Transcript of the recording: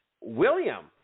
William